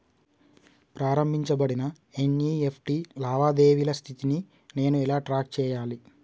ప్రారంభించబడిన ఎన్.ఇ.ఎఫ్.టి లావాదేవీల స్థితిని నేను ఎలా ట్రాక్ చేయాలి?